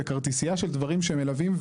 וכרטיסייה של דברים שהם מלווים,